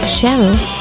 Cheryl